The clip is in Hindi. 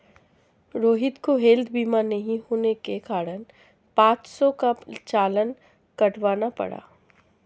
रोहित को हैल्थ बीमा नहीं होने के कारण पाँच सौ का चालान कटवाना पड़ा